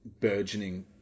burgeoning